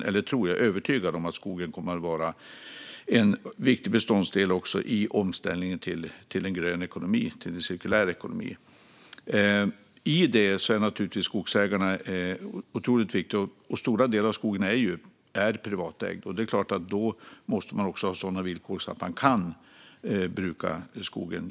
Jag är övertygad om att skogen kommer att vara en viktig beståndsdel också i omställningen till en grön ekonomi, till en cirkulär ekonomi. I det är skogsägarna naturligtvis otroligt viktiga. Stora delar av skogen är ju privatägd, och det är klart att då måste man ha sådana villkor att man kan bruka skogen.